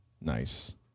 nice